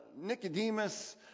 Nicodemus